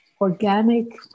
organic